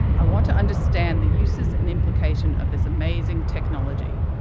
i want to understand the uses and implication of this amazing technology.